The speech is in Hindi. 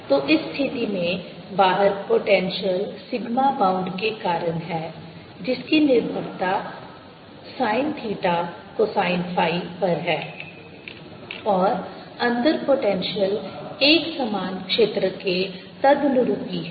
तो इस स्थिति में बाहर पोटेंशियल सिग्मा बाउंड के कारण है जिसकी निर्भरता sin थीटा cosine फ़ाई पर है और अंदर पोटेंशियल एकसमान क्षेत्र के तदनुरूपी है